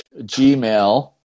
Gmail